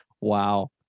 Wow